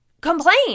complain